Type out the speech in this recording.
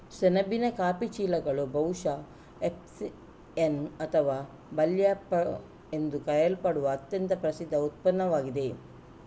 ಸೆಣಬಿನ ಕಾಫಿ ಚೀಲಗಳು ಬಹುಶಃ ಹೆಸ್ಸಿಯನ್ ಅಥವಾ ಬರ್ಲ್ಯಾಪ್ ಎಂದು ಕರೆಯಲ್ಪಡುವ ಅತ್ಯಂತ ಪ್ರಸಿದ್ಧ ಉತ್ಪನ್ನವಾಗಿದೆ